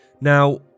Now